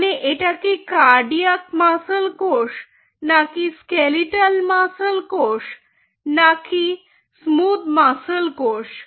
মানে এটাকি cardiac muscle কোষ নাকি স্কেলিটাল মাসল কোষ নাকি স্মুথ মাসল কোষ